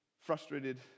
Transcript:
frustrated